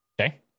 Okay